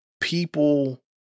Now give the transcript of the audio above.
people